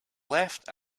left